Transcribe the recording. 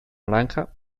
naranja